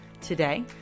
Today